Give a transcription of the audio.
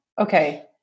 okay